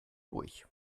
durch